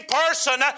person